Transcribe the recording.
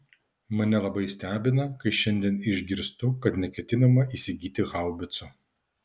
mane labai stebina kai šiandien išgirstu kad neketinama įsigyti haubicų